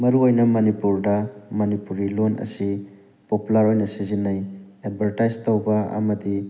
ꯃꯔꯨꯑꯣꯏꯅ ꯃꯅꯤꯄꯨꯔꯗ ꯃꯅꯤꯄꯨꯔꯤ ꯂꯣꯟ ꯑꯁꯤ ꯄꯣꯄꯨꯂꯔ ꯑꯣꯏꯅ ꯁꯤꯖꯤꯟꯅꯩ ꯑꯦꯠꯚꯔꯇꯥꯏꯁ ꯇꯧꯕ ꯑꯃꯗꯤ